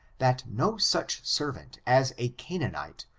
that no such servant as a canaanite,